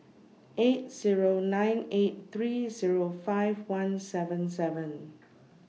eight Zero nine eight three Zero five one seven seven